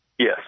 Yes